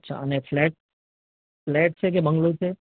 અચ્છા અને flat flat છે કે બંગલો છે